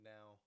Now